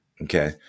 Okay